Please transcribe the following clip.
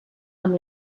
amb